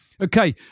Okay